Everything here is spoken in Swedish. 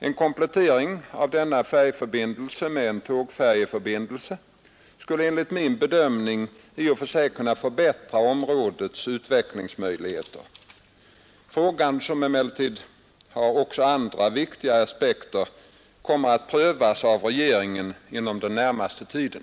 En komplettering av denna färjeförbindelse med en tågfärjeförbindelse skulle enligt min bedömning i och för sig kunna förbättra områdets utvecklingsmöjligheter. Frågan, som emellertid också har andra viktiga aspekter, kommer att prövas av regeringen inom den närmaste tiden.